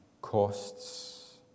costs